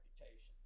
reputation